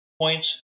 points